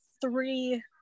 three